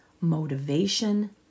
motivation